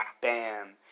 Bam